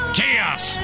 chaos